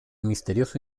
misterioso